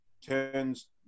turns